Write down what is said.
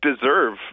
deserve